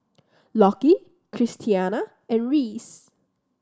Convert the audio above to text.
Lockie Christiana and Reese